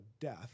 death